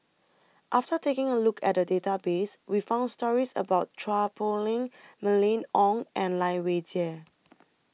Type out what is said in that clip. after taking A Look At The Database We found stories about Chua Poh Leng Mylene Ong and Lai Weijie